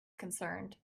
concerned